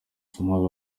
small